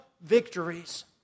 victories